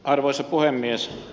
arvoisa puhemies